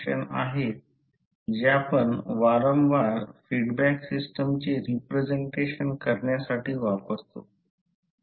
तर एकदा हे समजून घेतल्यावर मॅग्नेटिक सर्किट खूप सोपे आहे असे कळेल